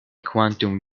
quantum